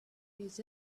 his